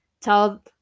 tell